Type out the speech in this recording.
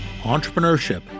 Entrepreneurship